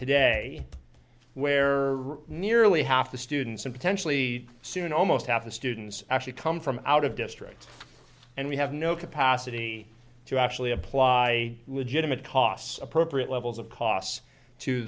today where nearly half the students and potentially soon almost half the students actually come from out of district and we have no capacity to actually apply legitimate costs appropriate levels of costs to